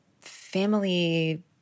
family